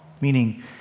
meaning